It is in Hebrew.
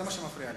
זה מה שמפריע לי.